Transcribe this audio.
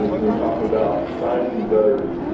when you're talking about sizing gutters,